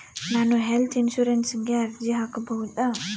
ನಾನು ಹೆಲ್ತ್ ಇನ್ಶೂರೆನ್ಸಿಗೆ ಅರ್ಜಿ ಹಾಕಬಹುದಾ?